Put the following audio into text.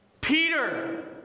Peter